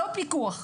לא פיקוח.